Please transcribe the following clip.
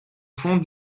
fond